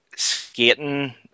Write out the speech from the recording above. skating